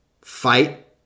fight